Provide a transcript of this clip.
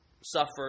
suffered